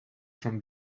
from